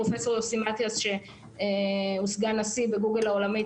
פרופסור יוסי מתיאס שהוא סגן נשיא בגוגל העולמית